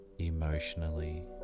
emotionally